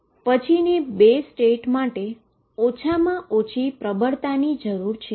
પછીની 2 સ્ટેટમાટે ઓછામાં ઓછી પ્રબળતાની જરૂર છે